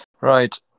Right